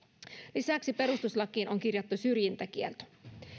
lisäksi perustuslakiin on kirjattu syrjintäkielto